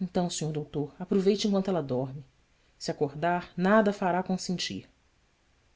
ntão o r doutor aproveite enquanto ela dorme se acordar nada a fará consentir